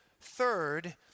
Third